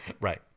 Right